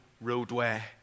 roadway